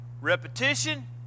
repetition